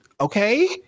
Okay